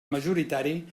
majoritari